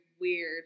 weird